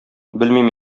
белмим